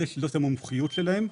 שזאת המומחיות שלהם.